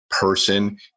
person